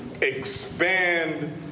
expand